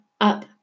up